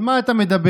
על מה אתה מדבר?